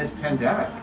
and pandemic?